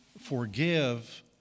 forgive